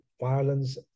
violence